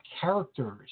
characters